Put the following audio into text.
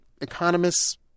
economists